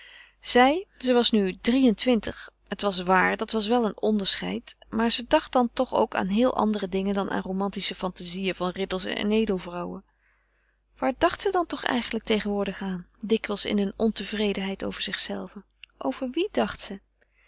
zij ze was nu drie-en-twintig het was waar dat was wel een onderscheid maar ze dacht dan toch ook aan heel andere dingen dan aan romantische fantazieën van ridders en edelvrouwen waar dacht ze dan toch eigenlijk tegenwoordig aan dikwijls in een ontevredenheid over zichzelve over wien dacht ze